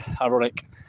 ironic